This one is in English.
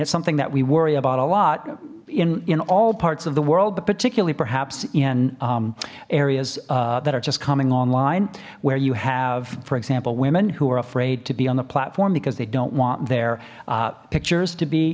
it's something that we worry about a lot in in all parts of the world but particularly perhaps in areas that are just coming online where you have for example women who are afraid to be on the platform because they don't want their pictures to be